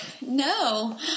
No